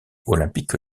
olympique